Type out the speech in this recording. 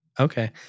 Okay